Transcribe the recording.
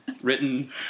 written